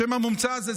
השם המומצא הזה.